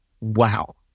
wow